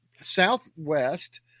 southwest